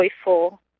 joyful